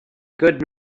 good